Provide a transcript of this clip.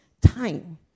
time